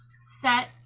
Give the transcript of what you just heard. set